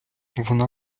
вона